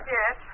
Yes